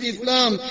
Islam